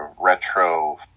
retro